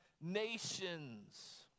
nations